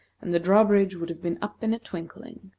and the drawbridge would have been up in a twinkling.